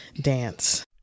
dance